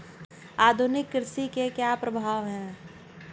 आधुनिक कृषि के क्या प्रभाव हैं?